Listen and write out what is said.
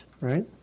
right